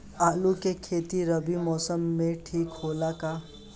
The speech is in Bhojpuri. आलू के खेती रबी मौसम में ठीक होला का?